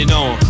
on